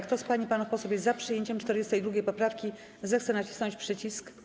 Kto z pań i panów posłów jest za przyjęciem 42. poprawki, zechce nacisnąć przycisk.